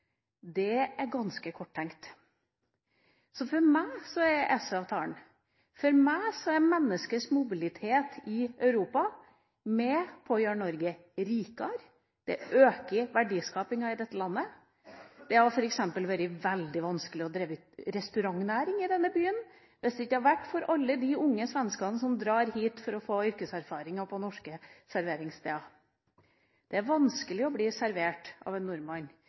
er ganske korttenkt. For meg er EØS-avtalen og menneskets mobilitet i Europa med på å gjøre Norge rikere, det øker verdiskapingen i dette landet. Det hadde f.eks. vært veldig vanskelig å drive restaurantnæring i denne byen hvis det ikke hadde vært for alle de unge svenskene som drar hit for å få yrkeserfaring på norske serveringssteder. Det er vanskelig å bli servert av en nordmann